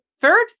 third